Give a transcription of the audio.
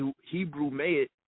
Hebrew-made